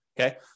Okay